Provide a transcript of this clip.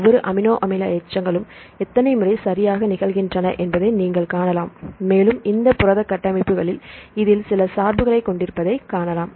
ஒவ்வொரு அமினோ அமில எச்சங்களும் எத்தனை முறை சரியாக நிகழ்கின்றன என்பதை நீங்கள் காணலாம் மேலும் இது புரத கட்டமைப்புகளில் இதில் சில சார்புகளைக் கொண்டிருப்பதைக் காணலாம்